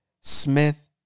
Smith